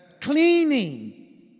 cleaning